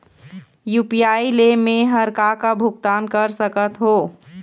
UPI ले मे हर का का भुगतान कर सकत हो?